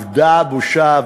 אבדה הבושה?